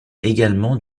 également